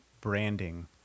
branding